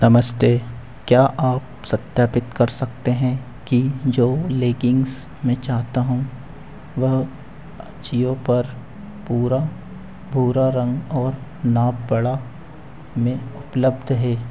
नमस्ते क्या आप सत्यापित कर सकते हैं कि जो लेगिंग्स मैं चाहता हूँ वह अजियो पर पूरा भूरा रंग और नाप बड़ा में उपलब्ध है